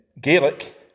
Gaelic